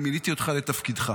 אני מיניתי אותך לתפקידך.